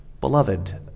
Beloved